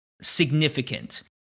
Significant